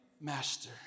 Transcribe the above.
master